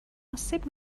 آسیب